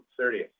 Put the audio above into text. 30th